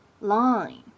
line